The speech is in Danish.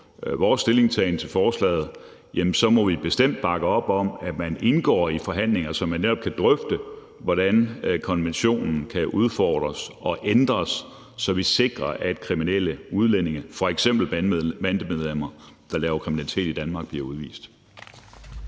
vores stillingtagen til forslaget må vi bestemt bakke op om, at man indgår i forhandlinger, så man netop kan drøfte, hvordan konventionen kan udfordres og ændres, så vi sikrer, at kriminelle udlændinge, f.eks. bandemedlemmer, der laver kriminalitet i Danmark, bliver udvist.